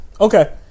okay